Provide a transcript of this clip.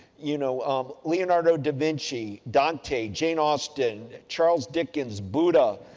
you know um leonardo da vinci, donte, jane austin, charles dickens, buddha,